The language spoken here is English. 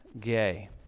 gay